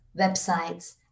websites